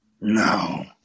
No